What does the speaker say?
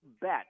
bet